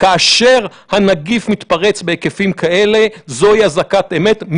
כאשר הנגיף מתפרץ בהיקפים כאלה, זוהי אזעקת אמת.